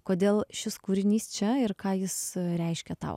kodėl šis kūrinys čia ir ką jis reiškia tau